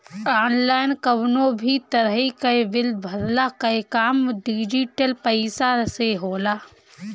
online कवनो भी तरही कअ बिल भरला कअ काम डिजिटल पईसा से होला